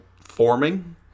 forming